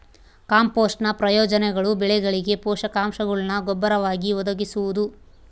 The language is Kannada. ಕಾಂಪೋಸ್ಟ್ನ ಪ್ರಯೋಜನಗಳು ಬೆಳೆಗಳಿಗೆ ಪೋಷಕಾಂಶಗುಳ್ನ ಗೊಬ್ಬರವಾಗಿ ಒದಗಿಸುವುದು